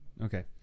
Okay